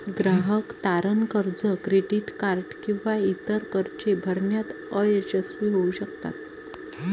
ग्राहक तारण कर्ज, क्रेडिट कार्ड किंवा इतर कर्जे भरण्यात अयशस्वी होऊ शकतात